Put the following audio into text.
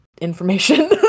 information